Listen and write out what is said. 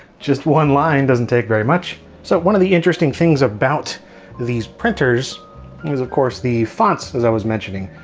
just one line doesn't take very much. so one of the interesting things about these printers is of course the fonts as i was mentioning.